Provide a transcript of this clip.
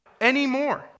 anymore